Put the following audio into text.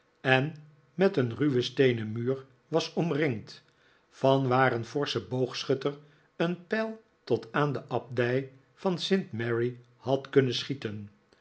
en met een ruwen steenen muur was omringd vanwaar een forsche boogschutter een pijl tot aan de abdij van st mary had kunnen schieten